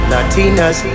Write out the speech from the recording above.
Latinas